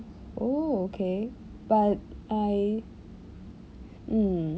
oh okay but I mm